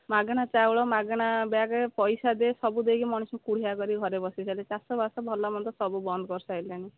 ମାଗେଣା ଚାଉଳ ମାଗେଣା ବ୍ୟାଗ୍ ପଇସା ଦେଇ ସବୁ ଦେଇକି ମଣିଷକୁ କୋଢ଼ିଆ କରିକି ଘରେ ବସେଇ ସାରିଲାଣି ଚାଷବାସ ଭଲମନ୍ଦ ସବୁ ବନ୍ଦ କରିସାରିଲାଣି